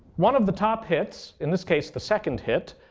one of the top hits, in this case the second hit,